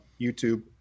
YouTube